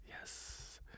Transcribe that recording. Yes